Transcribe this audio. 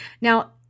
Now